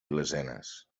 lesenes